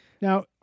Now